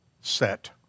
set